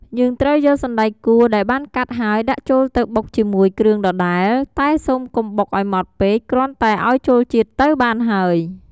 យើងត្រូវយកសណ្ដែកគួរ ដែលបានកាត់ហើយដាក់ចូលទៅបុកជាមួយគ្រឿងដដែល តែសូមកុំបុកឱ្យម៉ដ្ឋពេក គ្រាន់តែឱ្យចូលជាតិទៅបានហើយ។